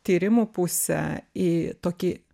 tyrimų pusę į tokį